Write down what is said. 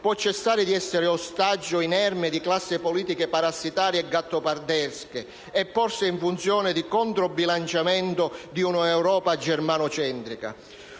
può cessare di essere ostaggio inerme di classi politiche parassitarie e gattopardesche e porsi in funzione di controbilanciamento di un'Europa germanocentrica.